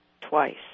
twice